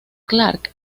clarke